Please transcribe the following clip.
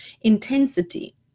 intensity